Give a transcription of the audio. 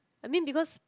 I mean because